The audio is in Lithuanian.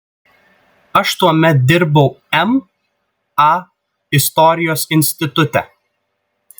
aš tuomet dirbau ma istorijos institute